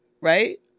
right